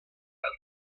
altri